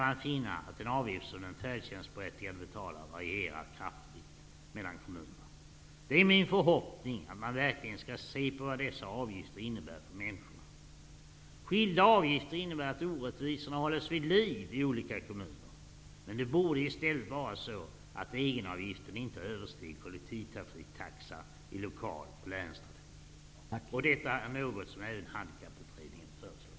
Man finner att den avgift som den färdtjänstberättigade betalar varierar kraftigt mellan kommunerna. Det är min förhoppning att man verkligen skall se på vad dessa avgifter innebär för människorna. Skilda avgifter innebär att orättvisorna hålls vid liv i olika kommuner. Men egenavgiften borde inte överstiga kollektivtrafiktaxan i lokal och länstrafik. Detta är något som även Handikapput redningen föreslår.